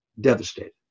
devastated